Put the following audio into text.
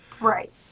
Right